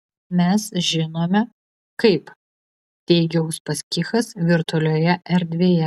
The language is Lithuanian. mes žinome kaip teigia uspaskichas virtualioje erdvėje